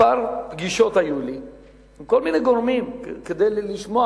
היו כמה פגישות עם כל מיני גורמים כדי לשמוע